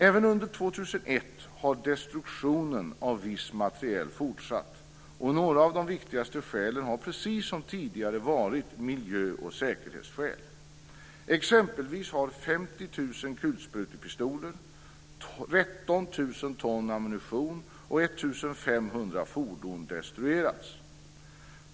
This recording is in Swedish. Även under 2001 har destruktion av viss materiel fortsatt, och några av de viktigaste skälen har, precis som tidigare, varit miljö och säkerhetsskäl. Exempelvis har 50 000 kulsprutepistoler, 13 000 ton ammunition och 1 500 fordon destruerats.